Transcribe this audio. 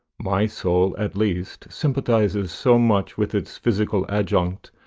my soul, at least, sympathizes so much with its physical adjunct,